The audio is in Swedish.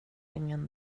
ingen